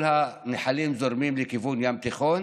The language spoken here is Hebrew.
כל הנחלים זורמים לכיוון הים התיכון,